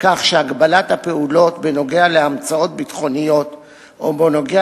כך שהגבלת הפעולות בנוגע לאמצאות ביטחוניות או בנוגע